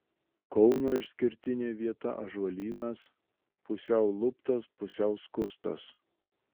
kauno išskirtinė vieta ąžuolynas pusiau luptas pusiau skustas